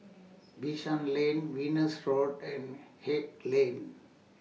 Bishan Lane Venus Road and Haig Lane